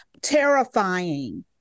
terrifying